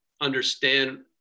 understand